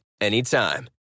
anytime